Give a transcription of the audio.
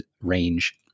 range